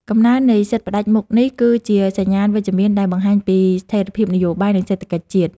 កំណើននៃសិទ្ធិផ្តាច់មុខនេះ គឺជាសញ្ញាណវិជ្ជមានដែលបង្ហាញពីស្ថិរភាពនយោបាយនិងសេដ្ឋកិច្ចជាតិ។